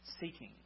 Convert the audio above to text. seeking